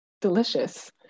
delicious